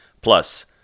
Plus